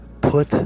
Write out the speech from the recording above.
Put